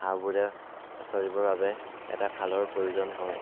হাঁহবোৰে চৰিবৰ বাবে এটা খালৰ প্ৰয়োজন হয়